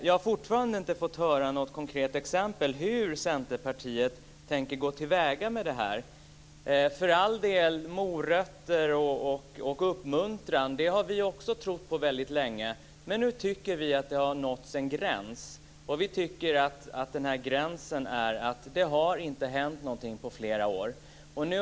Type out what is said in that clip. Jag har fortfarande inte fått höra något konkret exempel på hur Centerpartiet tänker gå till väga med det här. Morötter och uppmuntran har för all del också vi trott på väldigt länge, men nu tycker vi att det har nåtts en gräns när det inte har hänt någonting på flera år.